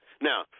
Now